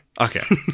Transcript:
Okay